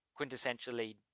quintessentially